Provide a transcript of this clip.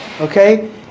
okay